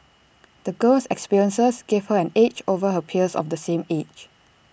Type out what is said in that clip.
the girl's experiences gave her an edge over her peers of the same age